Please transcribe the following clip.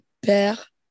père